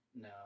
No